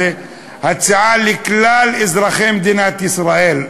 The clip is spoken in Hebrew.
זו הצעה לכלל אזרחי מדינת ישראל,